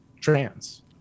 trans